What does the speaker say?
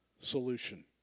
solution